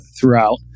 throughout